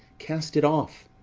cast it off.